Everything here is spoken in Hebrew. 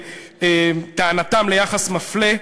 טענתם ליחס מפלה,